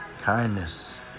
kindness